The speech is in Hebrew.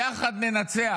יחד ננצח.